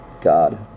God